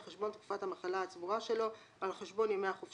של חבר הכנסת ינון אזולאי וקבוצת חברים,